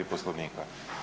Poslovnika.